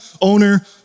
owner